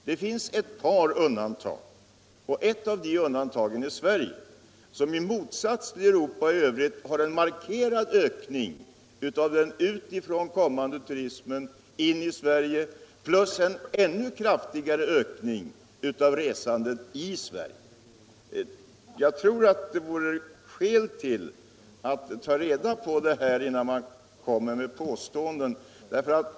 Det finns ett par undantag, och ett av dem är Sverige som i motsats till Europa i övrigt har en markerad ökning av den utifrån kommande turismen plus en ännu kraftigare ökning av resandet i Sverige. Jag tror det vore skäl att ta reda på detta innan man kommer med påståenden.